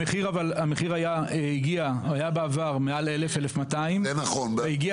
המחיר היה בעבר מעל 1200. זה הגיע